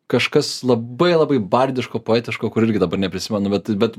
kažkas labai labai bardiško poetiško kur irgi dabar neprisimenu bet bet